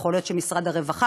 ויכול להיות שמשרד הרווחה,